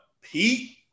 Pete